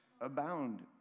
abound